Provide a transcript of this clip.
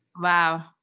wow